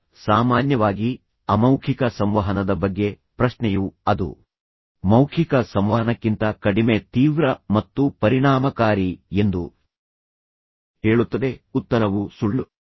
ಈಗ ಸಾಮಾನ್ಯವಾಗಿ ಅಮೌಖಿಕ ಸಂವಹನದ ಬಗ್ಗೆ ಪ್ರಶ್ನೆಯು ಅದು ಮೌಖಿಕ ಸಂವಹನಕ್ಕಿಂತ ಕಡಿಮೆ ತೀವ್ರ ಮತ್ತು ಪರಿಣಾಮಕಾರಿ ಎಂದು ಹೇಳುತ್ತದೆ ಉತ್ತರವು ಸುಳ್ಳು